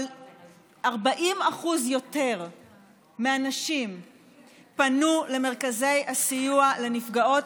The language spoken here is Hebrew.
אבל 40% יותר מהנשים פנו למרכזי הסיוע לנפגעות